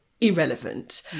irrelevant